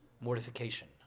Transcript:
mortification